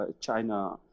China